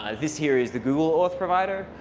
ah this here is the google auth provider,